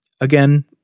again